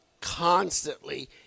constantly